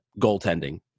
goaltending